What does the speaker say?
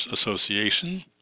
Association